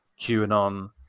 QAnon